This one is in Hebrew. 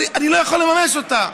הוא אומר: אני לא יכול לממש אותה.